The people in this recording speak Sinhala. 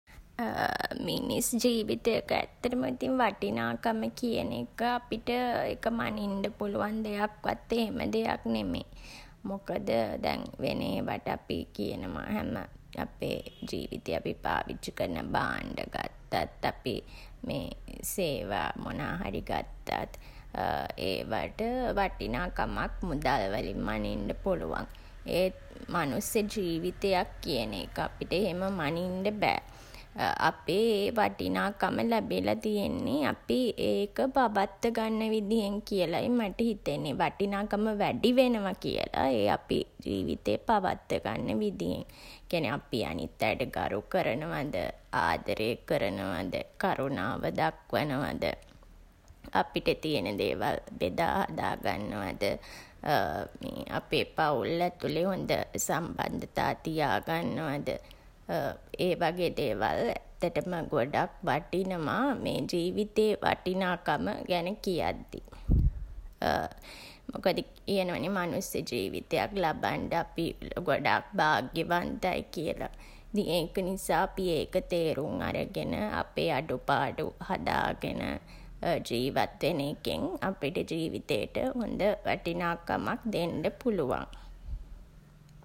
මිනිස් ජීවිතෙක ඇත්තටම ඉතින් වටිනාකම කියන එක අපිට ඉතින් මනින්ඩ පුලුවන් වත් එහෙම දෙයක් නෙමෙයි. මොකද වෙන ඒවට අපි කියනවා හැම අපේ ජීවිතේ අපි පාවිච්චි කරන භාණ්ඩ ගත්තත් අපි සේවා මොනාහරි ගත්තත් ඒවට වටිනාකමක් මුදල් වලින් මනින්ඩ පුළුවන්. ඒත් මනුස්ස ජීවිතයක් කියන එක අපිට එහෙම මනින්ඩ බෑ. අපේ ඒ වටිනාකම ලැබිලා තියෙන්නේ අපි ඒක පවත්ව ගන්න විදිහෙන් කියලයි මට හිතෙන්නේ. වටිනාකම වැඩි වෙනවා කියලා ඒ අපි ජීවිතේ පවත්ව ගන්න විදියෙන්. ඒ කියන්නේ අපි අනිත් අයට ගරු කරනවද, ආදරේ කරනවද, කරුණාව දක්වනවද, අපිට තියන දේවල් බෙදා හදා ගන්නවද මේ අපේ පවුල් ඇතුලේ හොඳ සම්බන්ධතා තියා ගන්නවද ඒ වගේ දේවල් ඇත්තටම ගොඩක් වටිනවා මේ ජීවිතේ වටිනාකම ගැන කියද්දී. මොකද කියනවා නේ මනුස්ස ජීවිතයක් ලබන්ඩ අපි ගොඩක් භාග්‍යවන්තයි කියලා. ඉතින් ඒක නිසා අපි ඒක තේරුම් අරගෙන අපේ අඩු පාඩු හදාගෙන ජීවත් වෙන එකෙන් අපිට ජීවිතේට හොඳ වටිනාකමක් දෙන්ඩ පුළුවන්.